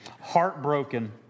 heartbroken